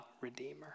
Redeemer